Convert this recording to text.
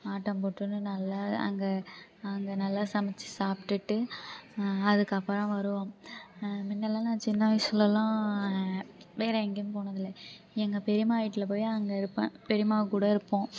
ஆட்டம் போட்டோனே நல்லா அங்கே அங்கே நல்லா சமைத்து சாப்பிட்டுட்டு அதுக்கு அப்புறம் வருவோம் முன்னெல்லாம் நான் சின்ன வயசுலலாம் வேறே எங்கேயும் போனது இல்லை எங்கள் பெரியம்மா வீட்டில்போய் அங்கே இருப்பேன் பெரியம்மா கூட இருப்போம்